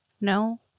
No